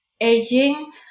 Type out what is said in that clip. aging